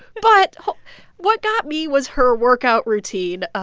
but what got me was her workout routine, ah